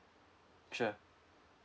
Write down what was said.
sure